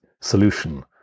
solution